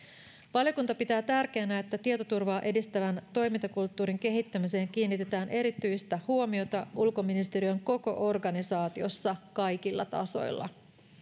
valiokunta pitää tärkeänä että tietoturvaa edistävän toimintakulttuurin kehittämiseen kiinnitetään erityistä huomiota ulkoministeriön koko organisaatiossa kaikilla tasoilla